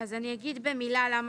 יכלו לבחור לקבל מענק.